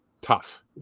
tough